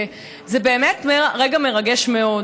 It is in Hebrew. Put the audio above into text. זה באמת רגע מרגש מאוד,